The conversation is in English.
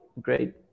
great